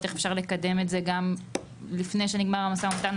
איך אפשר לקדם את זה גם לפני שנגמר המשא ומתן,